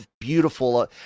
beautiful